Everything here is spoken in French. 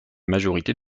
majorité